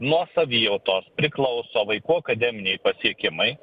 nuo savijautos priklauso vaikų akademiniai pasiekimai